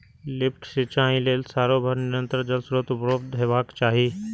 lift सिंचाइ लेल सालो भरि निरंतर जल स्रोत उपलब्ध हेबाक चाही